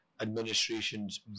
administrations